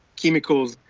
chemicals,